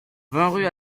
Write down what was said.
rue